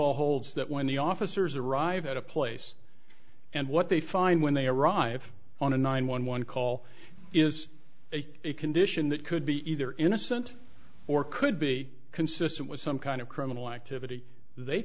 all holds that when the officers arrive at a place and what they find when they arrive on a nine one one call is a condition that could be either innocent or could be consistent with some kind of criminal activity they